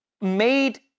made